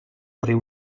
riu